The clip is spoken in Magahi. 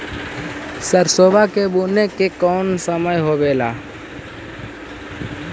सरसोबा के बुने के कौन समय होबे ला?